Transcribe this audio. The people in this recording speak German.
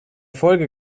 folge